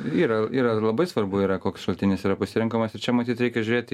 yra yra ir labai svarbu yra koks šaltinis yra pasirenkamas ir čia matyt reikia žiūrėti